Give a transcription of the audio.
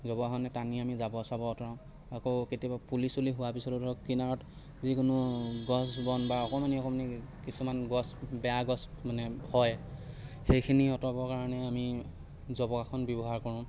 জবকাখনে টানি আমি জাবৰ চাবৰ অঁতৰাও আকৌ কেতিয়াবা পুলি চুলি হোৱাৰ পিছতো ধৰক কিনাৰত যিকোনো গছ বন বা অকণমানি অকণমানি কিছুমান গছ বেয়া গছ মানে হয় সেইখিনি আঁতৰাবৰ কাৰণে আমি জবকাখন ব্যৱহাৰ কৰোঁ